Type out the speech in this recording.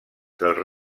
dels